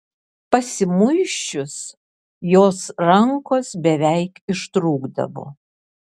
pasimuisčius jos rankos beveik ištrūkdavo